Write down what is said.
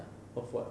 of what